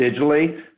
digitally